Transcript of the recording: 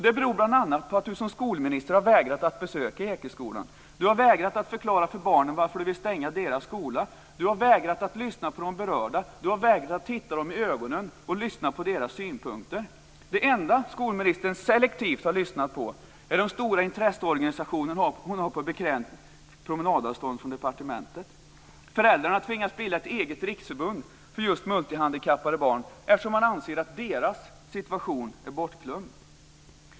Det beror bl.a. på att hon som skolminister har vägrat att besöka Ekeskolan, vägrat att förklara för barnen varför hon vill stänga deras skola, vägrat att lyssna på de berörda, vägrat att titta dem i ögonen och lyssna på deras synpunkter. De enda skolministern selektivt har lyssnat på är de stora intresseorganisationer hon har på bekvämt promenadavstånd från departementet. Föräldrarna har tvingats att bilda ett eget riksförbund för just multihandikappade barn, eftersom man anser att deras situation är bortglömd.